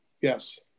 yes